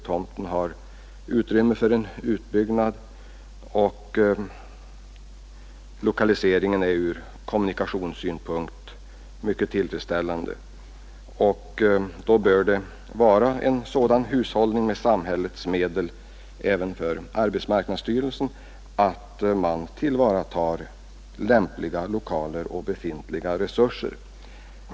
Tomten har utrymme för en utbyggnad, och lokaliseringen är ur kommunikationssynpunkt mycket = tillfredsställande. Även arbetsmarknadsstyrelsen bör hushålla med samhällets medel och tillvarata lämpliga lokaler och andra befintliga resurser.